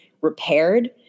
repaired